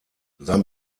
sein